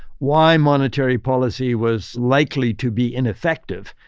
why monetary policy was likely to be ineffective.